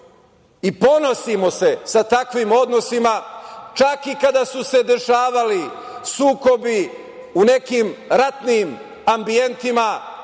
i ponosimo se takvim odnosima, čak i kada su se dešavali sukobi u nekim ratnim ambijentima,